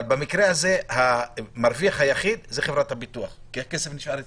אבל במקרה הזה המרוויח היחיד הוא חברת הביטוח כי הכסף נשאר אצלה.